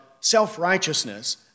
self-righteousness